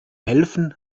helfen